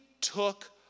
took